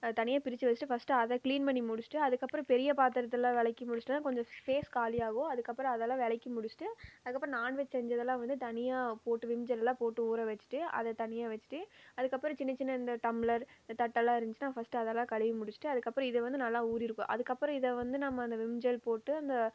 அது தனியாக பிரிச்சு வஷ்ட்டு ஃபர்ஸ்ட்டு அதை க்ளீன் பண்ணி முடிஷ்ட்டு அதுக்கப்புறம் பெரிய பாத்திரத்துல்லாம் வெளக்கி முடிஷ்ட்டன்னா கொஞ்சம் ஃபேஸ் காலியாகும் அதுக்கப்புறம் அதெல்லாம் வெளக்கி முடிஷ்ட்டு அதுக்கப்புறோம் நான்வெஜ் செஞ்சதுலாம் வந்து தனியாக போட்டு விம் ஜெல்லாம் போட்டு ஊர வச்சிட்டு அதை தனியாக வச்சிட்டு அதுக்கப்புறம் சின்ன சின்ன இந்த டம்ளர் தட்டல்லாம் இருந்ச்சுனா ஃபர்ஸ்ட்டு அதெல்லாம் கழுவி முடிஷ்ட்டு அதுக்கப்புறம் இது வந்து நல்லா ஊறிருக்கும் அதுக்கப்புறம் இதை வந்து நம்ம அந்த விம் ஜெல் போட்டு அந்த